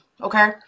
Okay